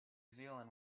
zealand